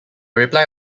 reply